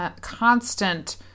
constant